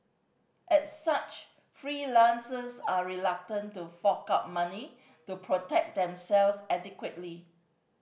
as such freelancers are reluctant to fork out money to protect themselves adequately